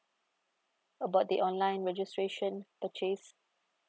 about the online registration purchase